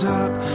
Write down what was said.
up